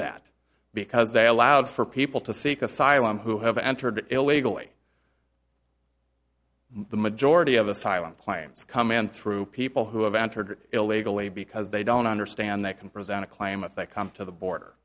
that because they allowed for people to seek asylum who have entered illegally the majority of asylum claims come and through people who have entered illegally because they don't understand they can present a claim if they come to the border